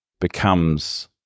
becomes